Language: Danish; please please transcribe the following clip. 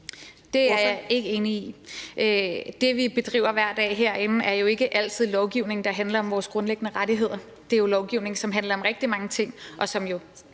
Det er jeg ikke enig i. Det, vi bedriver hver dag herinde, er jo ikke altid lovgivning, der handler om vores grundlæggende rettigheder; det er jo lovgivning, som handler om rigtig mange ting, og som jo